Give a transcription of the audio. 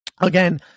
Again